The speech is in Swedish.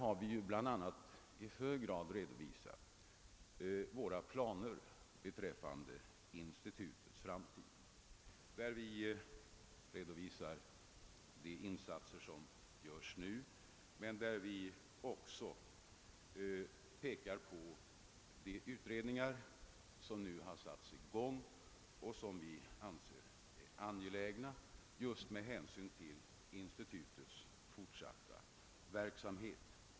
Där finns bl.a. en omfattande redovisning av planerna beträffande = institutets framtid och de insatser som görs nu liksom beträffande de utredningar, som har igångsatts och som vi anser angelägna just med hänsyn till institutets fortsatta verksamhet.